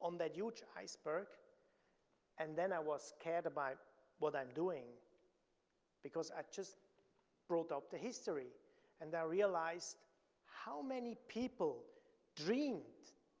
on that huge iceberg and then i was scared about what i'm doing because i just brought up the history and i realized how many people dreamed